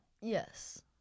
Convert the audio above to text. Yes